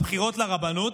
הבחירות לרבנות.